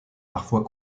parfois